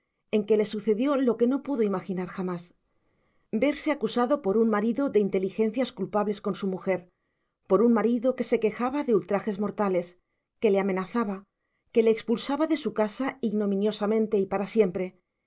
en que le sucedió lo que no pudo imaginar jamás verse acusado por un marido de inteligencias culpables con su mujer por un marido que se quejaba de ultrajes mortales que le amenazaba que le expulsaba de su casa ignominiosamente y para siempre